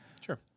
Sure